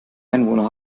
einwohner